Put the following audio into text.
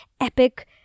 epic